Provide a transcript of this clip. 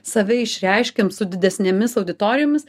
save išreiškiam su didesnėmis auditorijomis